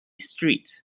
street